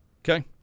Okay